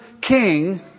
king